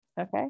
okay